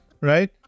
right